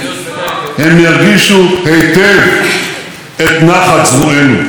הם ירגישו היטב את נחת זרוענו.